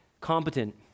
competent